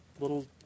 little